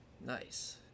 Nice